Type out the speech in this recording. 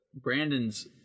Brandon's